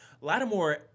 Lattimore